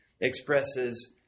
expresses